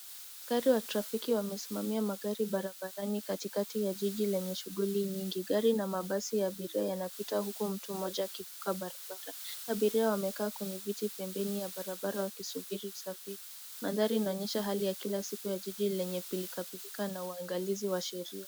Askari wa trafiki wamesimamia magari barabarani katikati ya jiji lenye shughuli nyingi. Gari na mabasi ya abiri yanapita huku mtu mmoja akivuka barabara. Abiria wamekaa kwenye vitu pembeni ya barabara wakingojea usafiri. Maandhari inaonyesha jiji lenye pilka pilka na uangalizi wa sheria.